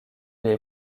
est